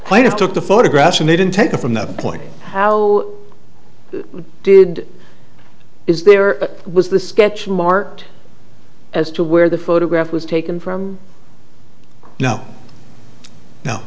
took the photographs and they didn't take it from that point how did is there was this sketch marked as to where the photograph was taken from you kno